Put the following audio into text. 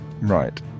Right